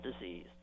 disease